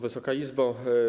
Wysoka Izbo!